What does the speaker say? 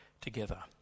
Together